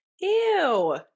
Ew